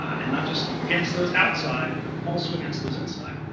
and not just against those outside, but also against those inside.